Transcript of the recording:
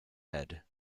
head